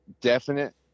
definite